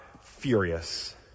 furious